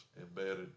embedded